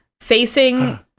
facing